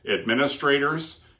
administrators